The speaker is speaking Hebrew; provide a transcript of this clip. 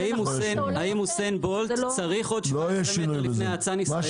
האם יוסאין בולט צריך עוד יתרונות על האצן הישראלי,